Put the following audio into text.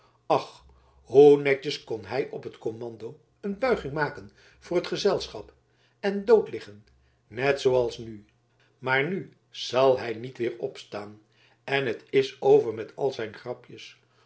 ach hoe netjes kon hij op t commando een buiging maken voor t gezelschap en doodliggen net zooals nu maar nu zal hij niet weer opstaan en het is over met al zijn grapjes